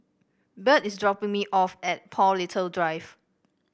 Byrd is dropping me off at Paul Little Drive